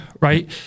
right